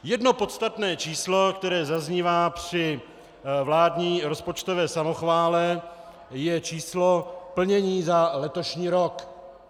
Jedno podstatné číslo, které zaznívá při vládní rozpočtové samochvále, je číslo plnění za letošní rok.